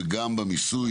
וגם במיסוי